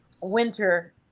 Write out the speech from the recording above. winter